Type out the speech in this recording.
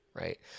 right